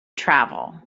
travel